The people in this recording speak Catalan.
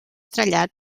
trellat